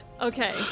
okay